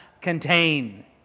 contain